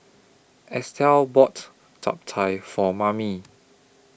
Estel bought Chap Chai For Mamie